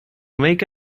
make